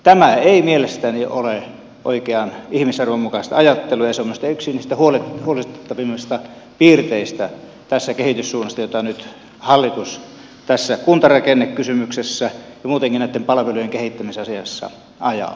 tämä ei mielestäni ole oikean ihmisarvon mukaista ajattelua ja se on minusta yksi niistä huolestuttavimmista piirteistä tässä kehityssuunnassa jota nyt hallitus tässä kuntarakennekysymyksessä ja muutenkin näitten palvelujen kehittämisasiassa ajaa